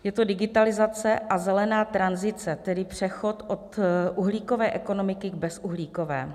Je to digitalizace a zelená tranzice, tedy přechod od uhlíkové ekonomiky k bezuhlíkové.